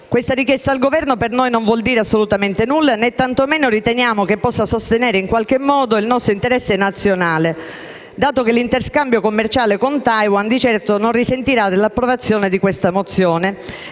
Questa richiesta al Governo per noi non vuol dire assolutamente nulla, né tanto meno riteniamo che possa sostenere in qualche modo il nostro interesse nazionale, dato che l'interscambio commerciale con Taiwan di certo non risentirà dell'approvazione di questa mozione.